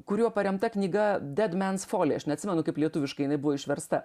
kuriuo paremta knyga ded mens foli aš neatsimenu kaip lietuviškai jinai buvo išversta